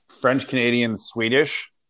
French-Canadian-Swedish